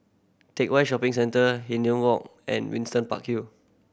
Teck Whye Shopping Centre Hindhede Walk and Windsor Park Hill